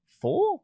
Four